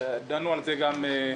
דנו על זה גם בעבר.